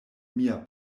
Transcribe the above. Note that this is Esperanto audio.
mia